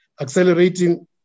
accelerating